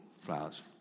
flowers